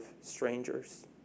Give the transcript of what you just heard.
strangers